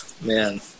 man